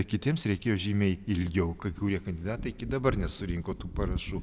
kitiems reikėjo žymiai ilgiau kai kurie kandidatai iki dabar nesurinko tų parašų